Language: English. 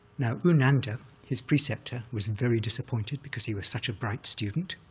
now, u nanda, his preceptor, was and very disappointed because he was such a bright student,